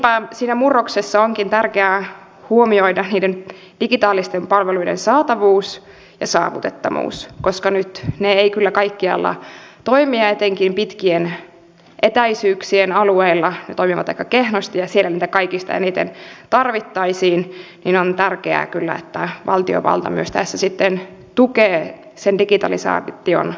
niinpä siinä murroksessa onkin tärkeää huomioida digitaalisten palveluiden saatavuus ja saavutettavuus koska nyt ne eivät kyllä kaikkialla toimi ja etenkin pitkien etäisyyksien alueilla ne toimivat aika kehnosti ja kun siellä niitä kaikista eniten tarvittaisiin niin on tärkeää kyllä että valtiovalta myös tässä sitten tukee sen digitalisaation saavutettavuutta